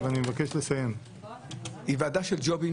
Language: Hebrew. של ג'ובים,